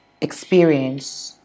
experience